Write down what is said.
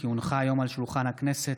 כי הונחה היום על שולחן הכנסת,